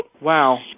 Wow